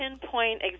pinpoint